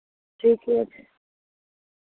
ठीके छै